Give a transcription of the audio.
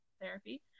therapy